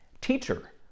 Teacher